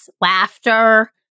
laughter